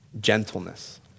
gentleness